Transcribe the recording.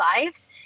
lives